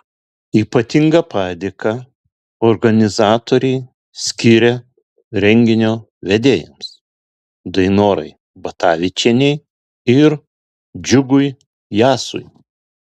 ypatingą padėką organizatoriai skiria renginio vedėjams dainorai batavičienei ir džiugui jasui